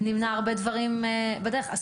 אני